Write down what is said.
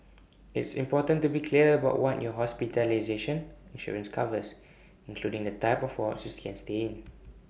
it's important to be clear about what your hospitalization insurance covers including the type of wards you can stay in